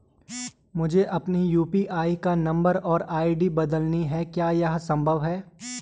मुझे अपने यु.पी.आई का नम्बर और आई.डी बदलनी है क्या यह संभव है?